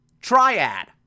Triad